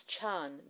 Chan